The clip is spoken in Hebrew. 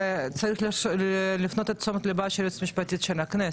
וצריך להפנות לכך את תשומת ליבה של היועצת המשפטית לכנסת.